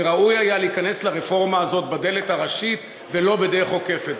וראוי היה להיכנס לרפורמה הזאת בדלת הראשית ולא בדרך עוקפת.